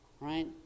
right